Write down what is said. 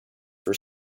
for